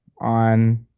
on